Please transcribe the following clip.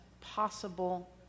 possible